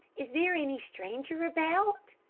is there any stranger about?